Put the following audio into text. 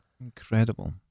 Incredible